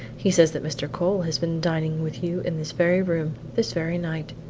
he says that mr. cole has been dining with you in this very room, this very night.